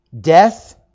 Death